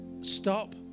stop